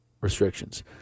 restrictions